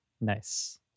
Nice